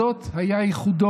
בזאת היה ייחודו,